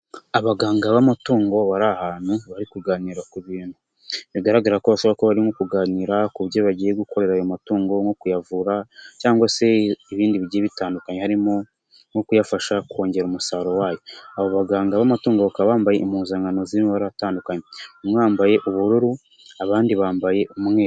Abaganga b'amatungo bari ahantu, bari kuganira ku bintu, bigaragara ko bashobora kuba barimo kuganira ku byo bagiye gukorera ayo matungo nko kuyavura cyangwa se ibindi bigiye bitandukanye harimo nko kuyafasha kongera umusaruro wayo, abo baganga b'amatungo bakaba bambaye impuzankano ziri mu mabara atandukanye, umwe yambaye ubururu, abandi bambaye umweru.